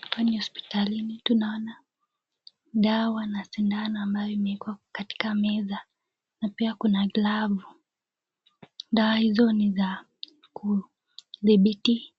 Hapa ni hospitalini. Tunaona dawa na sindano ambayo iko katika meza, na pia kuna glavu. Dawa hizo ni za kudhibiti